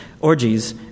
orgies